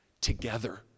together